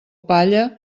palla